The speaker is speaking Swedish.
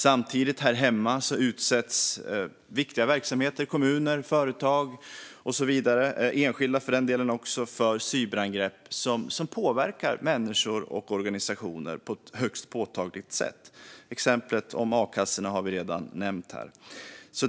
Samtidigt, här hemma, utsätts viktiga verksamheter, kommuner, företag, enskilda och så vidare för cyberangrepp som påverkar människor och organisationer på ett högst påtagligt sätt. Exemplet med a-kassorna har redan nämnts här.